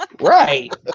Right